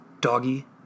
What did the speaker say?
doggy